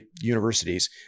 universities